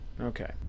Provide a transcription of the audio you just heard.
Okay